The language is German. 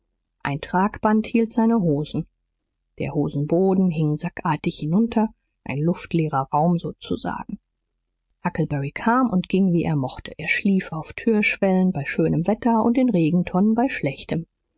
ein tragband hielt seine hosen der hosenboden hing sackartig hinunter ein luftleerer raum sozusagen huckleberry kam und ging wie er mochte er schlief auf türschwellen bei schönem wetter und in regentonnen bei schlechtem